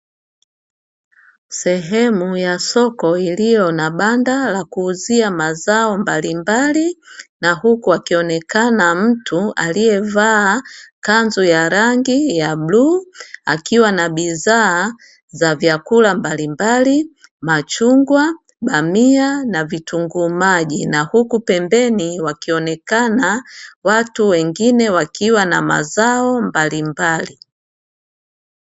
Sehemu ya soko iliyo na banda la kuuzia mazao mbalimbali na huku wakionekana mtu aliyevaa kanzu ya rangi ya bluu akiwa na bidhaa za vyakula mbalimbali, machungwa, bamia na vitunguu maji na huku pembeni wakionekana watu wengine wakiwa na mazao mbalimbali.